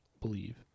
believe